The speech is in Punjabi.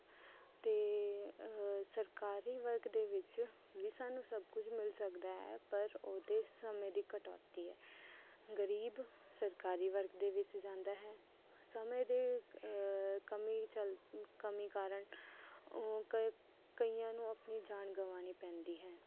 ਅਤੇ ਸਰਕਾਰੀ ਵਰਗ ਦੇ ਵਿੱਚ ਵੀ ਸਾਨੂੰ ਸਭ ਕੁਝ ਮਿਲ ਸਕਦਾ ਹੈ ਪਰ ਉਹਦੇ ਸਮੇਂ ਦੀ ਕਟੋਤੀ ਹੈ ਗਰੀਬ ਸਰਕਾਰੀ ਵਰਗ ਦੇ ਵਿੱਚ ਜਾਂਦਾ ਹੈ ਸਮੇਂ ਦੇ ਕਮੀ ਕਮੀ ਕਾਰਨ ਉਹ ਕ ਕਈਆਂ ਨੂੰ ਆਪਣੀ ਜਾਨ ਗਵਾਉਣੀ ਪੈਂਦੀ ਹੈ